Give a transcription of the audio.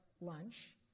lunch